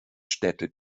städte